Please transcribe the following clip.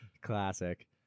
Classic